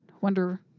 Wonder